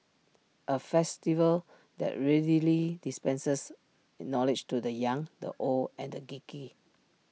A festival that readily dispenses knowledge to the young the old and the geeky